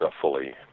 fully